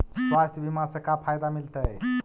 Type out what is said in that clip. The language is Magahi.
स्वास्थ्य बीमा से का फायदा मिलतै?